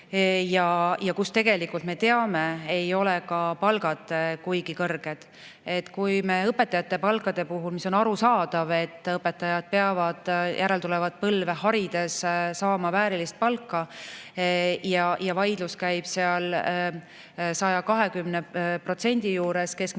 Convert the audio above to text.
ja kus tegelikult, me teame, ei ole palgad kuigi kõrged. Kui õpetajate palkade puhul – on arusaadav, et õpetajad peavad järeltulevat põlve harides saama väärilist palka – vaidlus käib seal 120% juures keskmisest